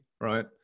right